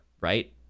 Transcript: right